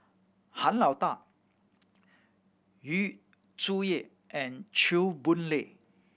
Han Lao Da Yu Zhuye and Chew Boon Lay